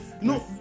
No